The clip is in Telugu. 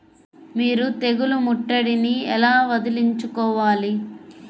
మీరు తెగులు ముట్టడిని ఎలా వదిలించుకోవాలి?